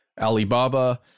Alibaba